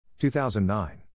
2009